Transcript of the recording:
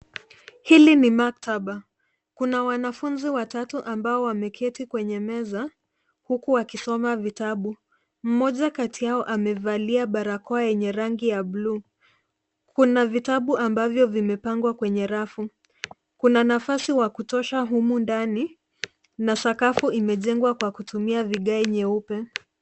Hili ni maktaba. Kuna wanafunzi watatu ambao wamemeketi kwenye meza huku wakisoma vitabu. Mmoja Kati yao amevaa barakoa yenye rangi ya buluu. Kuna vitabu ambavyo vimepangwa kwenye rafu. Kuna nafasi wa kutosha humu ndani na sakafu imejengwa Kwa kutumia vigae nyeupe.